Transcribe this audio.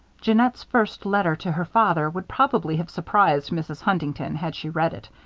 jeannette's first letter to her father would probably have surprised mrs. huntington had she read it.